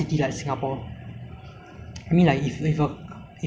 unpractical lah for singapore families to start a family